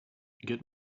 get